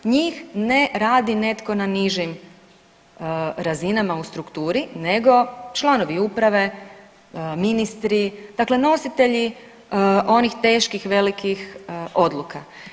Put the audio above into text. Njih ne radi na nižim razinama u strukturi nego članovi uprave, ministri, dakle nositelji onih teških, velikih odluka.